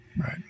Right